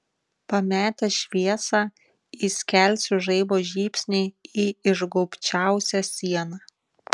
pametęs šviesą įskelsiu žaibo žybsnį į išgaubčiausią sieną